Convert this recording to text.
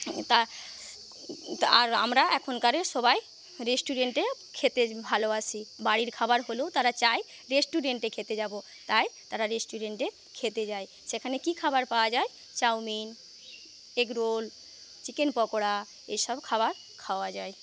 তা আর আমরা এখনকারে সবাই রেস্টুরেন্টে খেতে ভালোবাসি বাড়ির খাবার হলেও তারা চাই রেস্টুরেন্টে খেতে যাবো তাই তারা রেস্টুরেন্টে খেতে যায় সেখানে কি খাবার পাওয়া যায় চাউমিন এগরোল চিকেন পকোড়া এইসব খাবার খাওয়া যায়